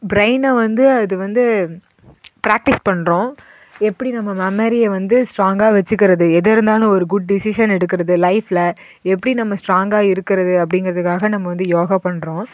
ப்ரைனை வந்து அது வந்து ப்ராக்டிஸ் பண்ணுறோம் எப்படி நம்ம மெமரியை வந்து ஸ்ட்ராங்காக வச்சுக்கிறது எத இருந்தாலும் ஒரு குட் டெசிஷன் எடுக்கிறது லைஃப்பில் எப்படி நம்ம ஸ்ட்ராங்காக இருக்கிறது அப்படிங்கறதுக்காக நம்ம வந்து யோகா பண்ணுறோம்